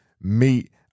meet